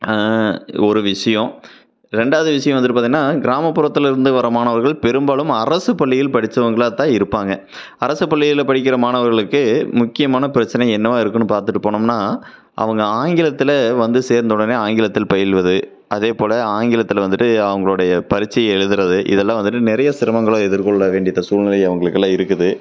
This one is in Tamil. இது ஒரு விஷியம் ரெண்டாவது விஷியம் வந்துவிட்டு பார்த்திங்கனா கிராமப்புறத்தில் இருந்து வர மாணவர்கள் பெரும்பாலும் அரசுப் பள்ளியில் படித்தவங்களா தான் இருப்பாங்க அரசுப் பள்ளியியில் படிக்கிற மாணவர்களுக்கு முக்கியமான பிரச்சனை என்னவாக இருக்கும்னு பார்த்துட்டு போனோம்னா அவங்க ஆங்கிலத்தில் வந்து சேர்ந்த உடனே ஆங்கிலத்தில் பயில்வது அதேபோல் ஆங்கிலத்தில் வந்துவிட்டு அவங்களுடைய பரிட்சை எழுதுறது இதெல்லாம் வந்துவிட்டு நிறைய சிரமங்களை எதிர்கொள்ள வேண்டி இந்த சூழ்நெலை அவங்களுக்கெல்லாம் இருக்குது